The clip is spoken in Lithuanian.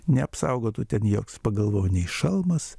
neapsaugotų ten joks pagalvojau nei šalmas